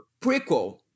prequel